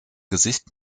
gesicht